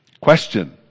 Question